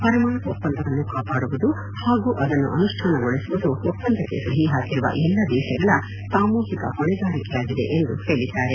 ಪರಮಾಣು ಒಪ್ಪಂದವನ್ನು ಕಾಪಾಡುವುದು ಹಾಗೂ ಅದನ್ನು ಅನುಷ್ಟಾನಗೊಳಿಸುವುದು ಒಪ್ಪಂದಕ್ಕೆ ಸಹಿ ಹಾಕಿರುವ ಎಲ್ಲಾ ದೇಶಗಳ ಸಾಮೂಹಿಕ ಹೊಣೆಗಾರಿಕೆಯಾಗಿದೆ ಎಂದು ಹೇಳಿದ್ದಾರೆ